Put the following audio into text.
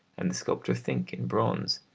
and the sculptor think in bronze,